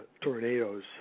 tornadoes